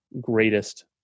greatest